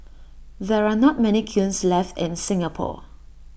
there are not many kilns left in Singapore